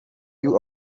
you